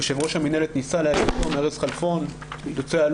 יו"ר המינהלת ארז חלפון ניסה להגיע,